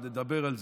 עוד נדבר על זה.